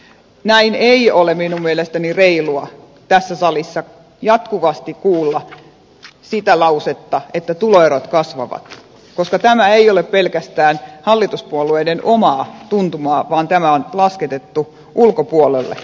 näin ei ole minun mielestäni reilua tässä salissa jatkuvasti kuulla sitä lausetta että tuloerot kasvavat koska tämä ei ole pelkästään hallituspuolueiden omaa tuntumaa vaan näiden vaikutukset on lasketettu ulkopuolella